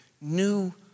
new